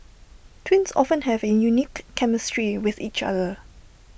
twins often have A unique chemistry with each other